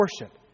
worship